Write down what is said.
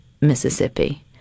Mississippi